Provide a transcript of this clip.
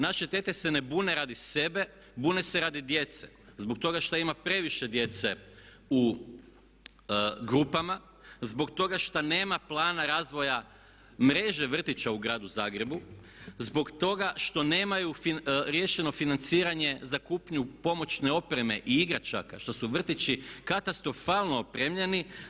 Naše tete se ne bune radi sebe, bune se radi djece, zbog toga što ima previše djece u grupama, zbog toga šta nema plana razvoja mreže vrtića u gradu Zagrebu, zbog toga što nemaju riješeno financiranje za kupnju pomoćne opreme i igračaka, što su vrtići katastrofalno opremljeni.